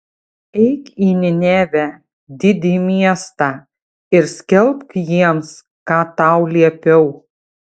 eik į ninevę didį miestą ir skelbk jiems ką tau liepiau